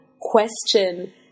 question